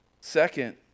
Second